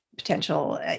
Potential